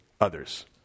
others